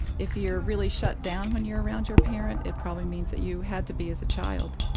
if you're really shut down when you're around your parent, it probably means that you had to be as a child.